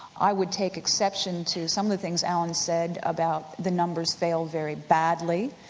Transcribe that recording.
i would take exception to some of the things alan said about the numbers fail very badly.